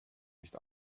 nicht